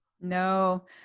No